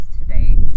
today